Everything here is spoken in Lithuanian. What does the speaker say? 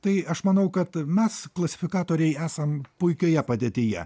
tai aš manau kad mes klasifikatoriai esam puikioje padėtyje